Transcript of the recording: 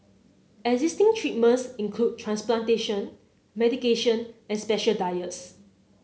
existing treatments include transplantation medication and special diets